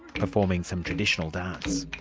performing some traditional dance.